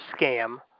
Scam